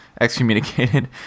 excommunicated